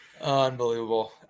Unbelievable